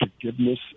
forgiveness